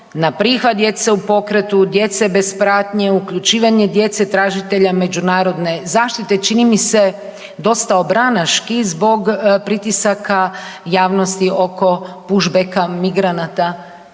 na prihvat djece u pokretu, djece bez pratnje, uključivanje djece tražitelja međunarodne zaštite, čini mi se, dosta obranaški zbog pritisaka javnosti oko pushbacka migranata